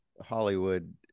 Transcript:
Hollywood